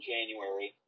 January